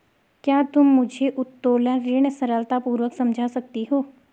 क्या तुम मुझे उत्तोलन ऋण सरलतापूर्वक समझा सकते हो?